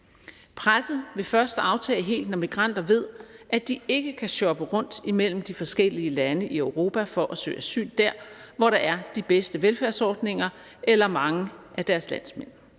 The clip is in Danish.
Presset vil først aftage helt, når migranter ved, at de ikke kan shoppe rundt imellem de forskellige lande i Europa for at søge asyl der, hvor der er de bedste velfærdsordninger eller mange af deres landsmænd.